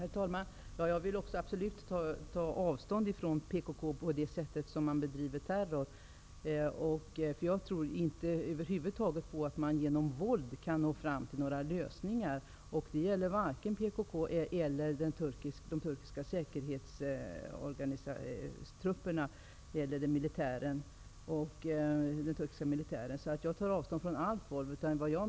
Herr talman! Jag vill också absolut ta avstånd från det sätt på vilket PKK bedriver terror. Jag tror inte att man över huvud taget kan nå fram till några lösningar genom våld. Det gäller både PKK och de turkiska säkerhetsstyrkorna. Jag tar avstånd från allt våld.